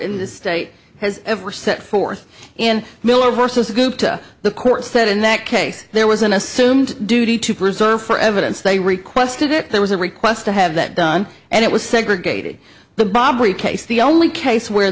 in the state has ever set forth in miller versus a group to the court said in that case there was an assumed duty to preserve for evidence they requested it there was a request to have that done and it was segregated the bobbery case the only case where